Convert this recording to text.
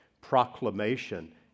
proclamation